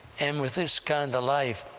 and with this kind of life,